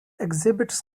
exhibits